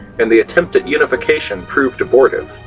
and the attempt at unification proved abortive.